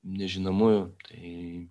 nežinomųjų tai